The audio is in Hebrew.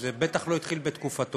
זה בטח לא התחיל בתקופתו,